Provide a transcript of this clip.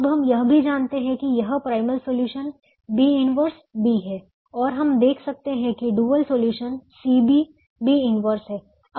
अब हम यह भी जानते हैं कि यह प्राइमल सॉल्यूशन B 1 B है और हम देख सकते हैं कि डुअल सॉल्यूशन CB B 1 है